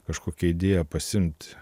kažkokią idėją pasiimt